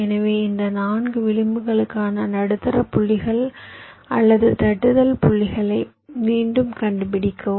எனவே இந்த 4 விளிம்புகளுக்கான நடுத்தர புள்ளிகள் அல்லது தட்டுதல் புள்ளிகளை மீண்டும் கண்டுபிடிக்கவும்